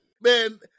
man